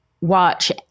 watch